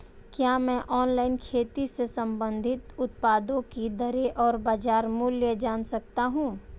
क्या मैं ऑनलाइन खेती से संबंधित उत्पादों की दरें और बाज़ार मूल्य जान सकता हूँ?